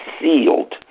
sealed